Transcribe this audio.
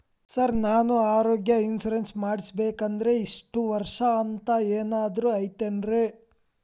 Sir ನಾನು ಆರೋಗ್ಯ insurance ಮಾಡಿಸ್ಬೇಕಂದ್ರೆ ಇಷ್ಟ ವರ್ಷ ಅಂಥ ಏನಾದ್ರು ಐತೇನ್ರೇ?